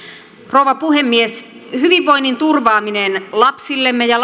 rouva puhemies hyvinvoinnin turvaaminen lapsillemme ja